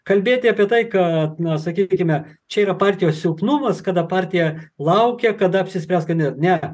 kalbėti apie tai kad na sakykime čia yra partijos silpnumas kada partija laukia kada apsispręs kandidat ne